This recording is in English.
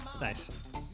Nice